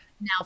Now